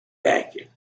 banking